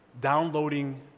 downloading